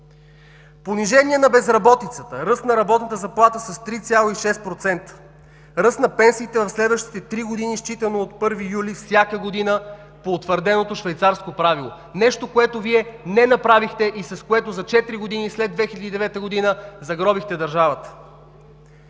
понижение на безработицата, ръст на работната заплата с 3,6%, ръст на пенсиите в следващите три години, считано от 1 юли всяка година по утвърденото швейцарско правило – нещо, което Вие не направихте и с което за четири години след 2009 г. загробихте държавата.